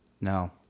No